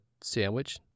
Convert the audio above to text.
sandwich